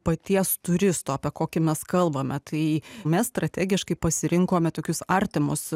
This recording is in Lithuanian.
paties turisto apie kokį mes kalbame tai mes strategiškai pasirinkome tokius artimus